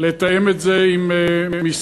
לתאם את זה עם משרדי,